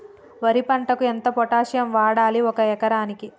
వరి పంటకు ఎంత పొటాషియం వాడాలి ఒక ఎకరానికి?